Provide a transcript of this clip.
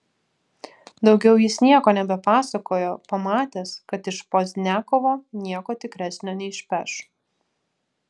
daugiau jis nieko nebepasakojo pamatęs kad iš pozdniakovo nieko tikresnio neišpeš